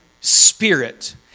spirit